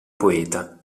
poeta